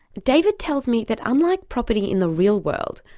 david tells me that unlike property in the real world,